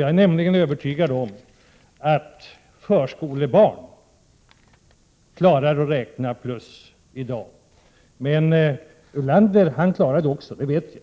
Jag är övertygad om att förskolebarn klarar att räkna plus i dag, och Lars Ulander klarar det säkert också,